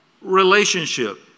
relationship